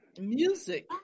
music